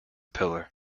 pillar